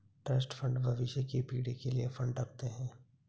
trust fund भविष्य की पीढ़ी के लिए फंड रखते हैं